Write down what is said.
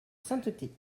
sainteté